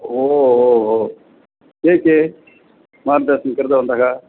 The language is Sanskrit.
ओहोहो के के मार्गदर्शनं कृतवन्तः